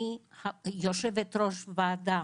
אני יושבת ראש ועדה